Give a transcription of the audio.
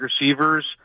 receivers